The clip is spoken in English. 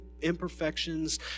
imperfections